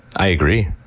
i agree.